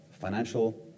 financial